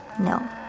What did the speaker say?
No